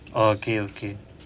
oh okay okay